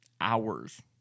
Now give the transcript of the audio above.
hours